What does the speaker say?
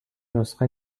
نسخه